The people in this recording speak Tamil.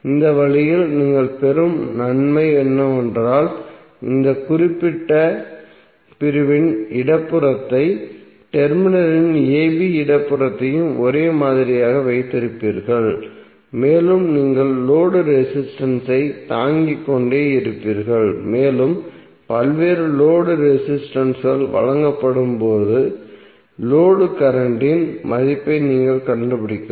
இந்த வழியில் நீங்கள் பெறும் நன்மை என்னவென்றால் இந்த குறிப்பிட்ட பிரிவின் இடதுபுறத்தையும் டெர்மினல் இன் a b இடதுபுறத்தையும் ஒரே மாதிரியாக வைத்திருப்பீர்கள் மேலும் நீங்கள் லோடு ரெசிஸ்டன்ஸ் ஐ தாங்கிக்கொண்டே இருப்பீர்கள் மேலும் பல்வேறு லோடு ரெசிஸ்டன்ஸ்கள் வழங்கப்படும்போது லோடு கரண்ட்டின் மதிப்பை நீங்கள் கண்டுபிடிக்கலாம்